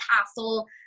castle